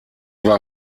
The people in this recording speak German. war